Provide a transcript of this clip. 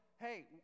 Hey